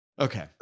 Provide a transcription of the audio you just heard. Okay